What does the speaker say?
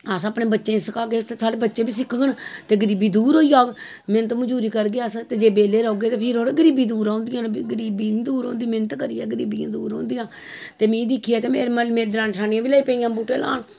अस अपने बच्चें गी सखागे ते साढ़े बच्चे बी सिखगङ ते गरीबी दूर होई जाह्ग मैंहनत मजूरी करगे अस ते जे बेल्लै रौह्गे ते फिर थोड़े गरीबी दूर होंदी इ'यां नी गरीबी दूर होंदी मैंह्नत करियै गरीबियां दूर होंदियां ते मीं दिक्खिया ते मेरी दरानी जठानियां बी लग्गी पेइयां बूह्टे लान